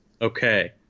okay